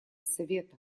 совета